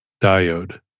Diode